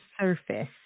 surface